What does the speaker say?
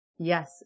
Yes